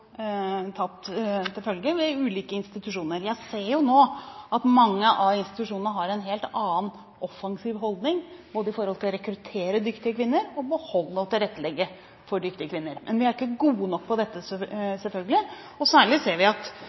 tatt til følge ved ulike institusjoner. Jeg ser nå at mange av institusjonene har en helt annen offensiv holdning både til å rekruttere dyktige kvinner og til å beholde og tilrettelegge for dyktige kvinner. Men vi er selvfølgelig ikke gode nok til dette. Vi ser særlig at